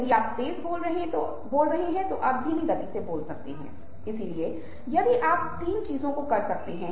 तो आपके पास अलग अलग तरह की ख़ुशी ख़ुशी की अलग अलग डिग्री और वो सब हो सकता है